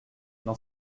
n’en